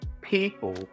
People